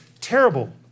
terrible